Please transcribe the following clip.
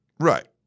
Right